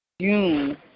June